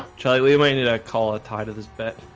charlie. we may need a call a tie to this bet